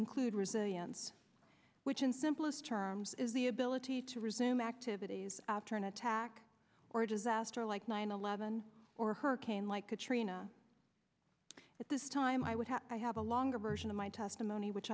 include resilience which in simplest terms is the ability to resume activities after an attack or a disaster like nine eleven or a hurricane like katrina at this time i would have i have a longer version of my testimony which